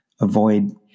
avoid